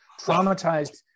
traumatized